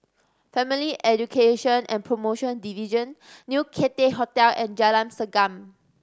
Family Education and Promotion Division New Cathay Hotel and Jalan Segam